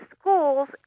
schools